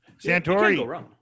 santori